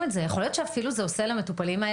אבל באיזשהו מקום זה הרצון שלנו.